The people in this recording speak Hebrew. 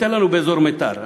תן לנו באזור מיתר,